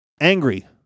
angry